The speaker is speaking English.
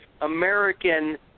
American